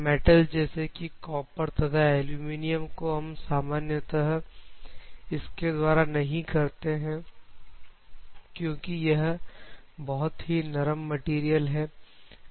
metal जैसे कि copper तथा एलुमिनियम को हम सामान्यतः इसके द्वारा नहीं करते हैं क्योंकि यह बहुत ही नरम मटेरियल है